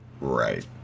right